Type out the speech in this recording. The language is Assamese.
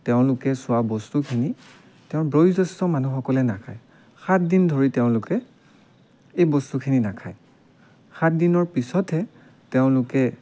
তেওঁলোকে চোৱা বস্তুখিনি তেওঁ বয়োজ্যেষ্ঠ মানুহসকলে নাখাই সাতদিন ধৰি তেওঁলোকে এই বস্তুখিনি নাখায় সাতদিনৰ পিছতহে তেওঁলোকে